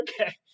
okay